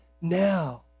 now